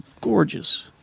gorgeous